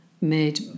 made